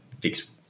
fix